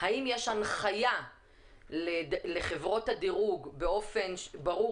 האם יש הנחיה לחברות הדירוג באופן ברור